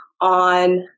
on